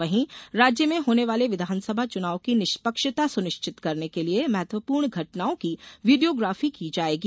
वहीं राज्य में होने वाले विधानसभा चुनाव की निष्पक्षता सुनिश्चित करने के लिए महत्वपूर्ण घटनाओं की वीडियोग्राफी की जायेगी